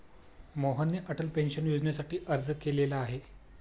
मोहनने अटल पेन्शन योजनेसाठी अर्ज केलेला आहे